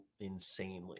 insanely